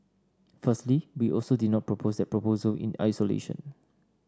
firstly we also did not propose that proposal in isolation